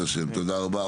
תודה רבה.